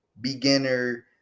beginner